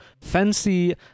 fancy